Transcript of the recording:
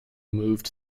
moved